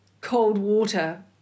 cold-water